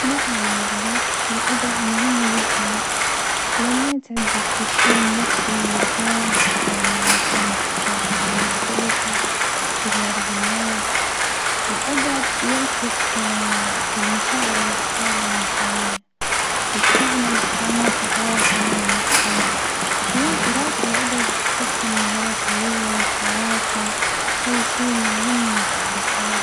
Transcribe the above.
نعم دراسة الأدب مهمة جدًا لأنها تعزز التفكير النقدي والإبداع وتساعدنا على فهم ثقافات المختلفة وتجارب الناس، الأدب بيعكس المشاعر والأفكار الإنسانية ويدفعنا للتأمل في حياتنا والمجتمع، كمان قراءة الأدب تحسن مهارات اللغة والتواصل، هذا الشي مهم في الحياة.